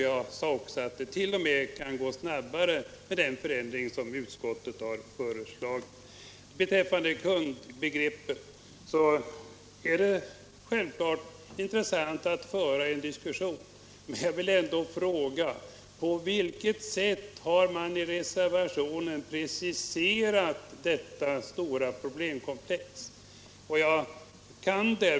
Jag sade också att det t.o.m. kan gå snabbare med den förändring som utskottet har föreslagit. Vad beträffar kundbegreppet är det självfallet intressant att föra en diskussion om det, men jag vill ändå fråga: På vilket sätt har man i reservationen preciserat detta stora problemkomplex?